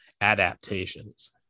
adaptations